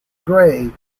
grey